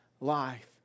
life